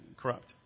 corrupt